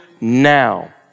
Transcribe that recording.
now